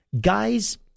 guys